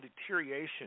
deterioration